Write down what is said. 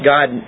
God